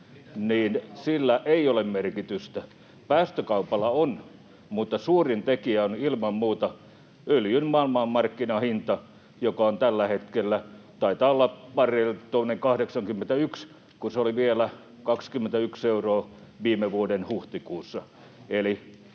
Mites päästökauppa?] — Päästökaupalla on — mutta suurin tekijä on ilman muuta öljyn maailmanmarkkinahinta, joka tällä hetkellä taitaa olla barrelilta tuommoinen 81, kun se oli 21 euroa vielä viime vuoden huhtikuussa.